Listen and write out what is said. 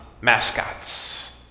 mascots